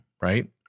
right